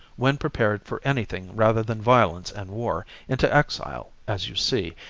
when prepared for anything rather than violence and war, into exile, as you see,